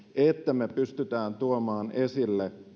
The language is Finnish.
että me pystymme tuomaan esille